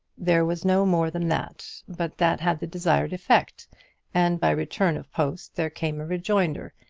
there was no more than that, but that had the desired effect and by return of post there came a rejoinder,